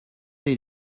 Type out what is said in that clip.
did